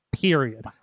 period